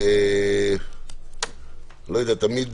התקנות האלה הן